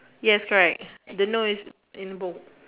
yes correct the no is in old